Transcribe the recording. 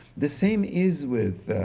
the same is with,